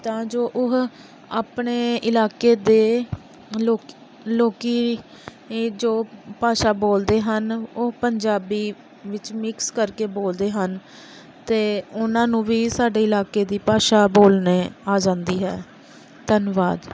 ਤਾਂ ਜੋ ਉਹ ਆਪਣੇ ਇਲਾਕੇ ਦੇ ਲੋਕ ਲੋਕ ਜੋ ਭਾਸ਼ਾ ਬੋਲਦੇ ਹਨ ਉਹ ਪੰਜਾਬੀ ਵਿੱਚ ਮਿਕਸ ਕਰ ਕੇ ਬੋਲਦੇ ਹਨ ਅਤੇ ਉਨ੍ਹਾਂ ਨੂੰ ਵੀ ਸਾਡੇ ਇਲਾਕੇ ਦੀ ਭਾਸ਼ਾ ਬੋਲਣੀ ਆ ਜਾਂਦੀ ਹੈ ਧੰਨਵਾਦ